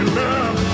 love